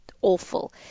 awful